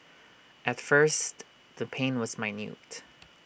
at first the pain was minute